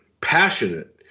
passionate